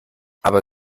aber